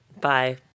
Bye